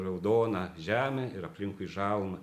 raudoną žemę ir aplinkui žalumą